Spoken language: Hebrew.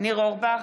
ניר אורבך,